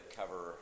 cover